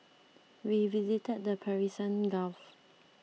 we visited the Persian Gulf